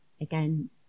again